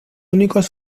únicos